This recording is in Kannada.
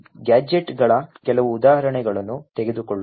ಆದ್ದರಿಂದ ನಾವು ಗ್ಯಾಜೆಟ್ಗಳ ಕೆಲವು ಉದಾಹರಣೆಗಳನ್ನು ತೆಗೆದುಕೊಳ್ಳೋಣ